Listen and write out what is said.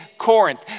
Corinth